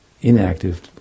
inactive